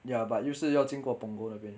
ya but 又是要经过 punggol 那边